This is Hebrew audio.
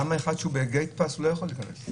למה אחד שהוא ב-gate pass לא יכול להיכנס.